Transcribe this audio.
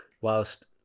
whilst